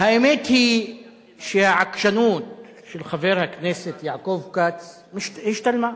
האמת היא שהעקשנות של חבר הכנסת יעקב כץ השתלמה.